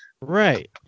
Right